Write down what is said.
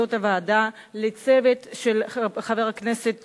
רכזות הוועדה, לצוות של חבר הכנסת